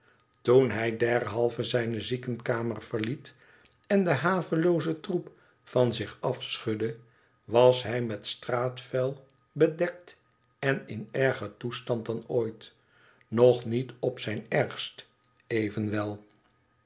toen hij derhalve zijne ziekenkamer verliet en den haveloozen troep van zich afschudde was hij met straatvuil bedekten in erger toestand dan ooit nog niet op zijn ergst evenwel